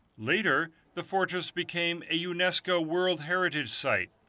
later, the fortress became a unesco world heritage site.